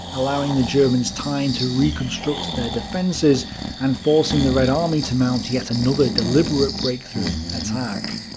allowing the germans time to reconstruct their defenses and forcing the red army to mount yet another deliberate breakthrough attack.